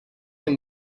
him